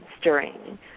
stirring